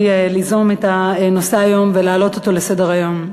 ליזום את הנושא היום ולהעלות אותו לסדר-היום.